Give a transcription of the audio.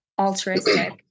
altruistic